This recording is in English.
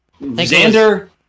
Xander